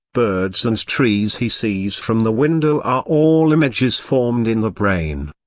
birds and trees he sees from the window are all images formed in the brain.